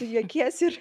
juokies ir